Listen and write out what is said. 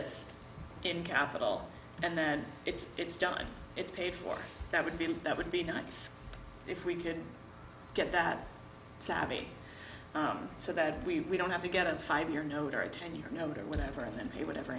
it's in capital and then it's it's done it's paid for that would be that would be nice if we could get that savvy so that we don't have to get a five year note or a ten year note or whatever and then pay whatever